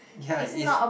yeah it's